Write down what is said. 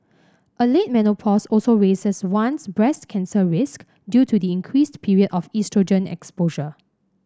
a late menopause also raises one's breast cancer risk due to the increased period of oestrogen exposure